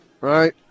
right